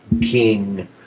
king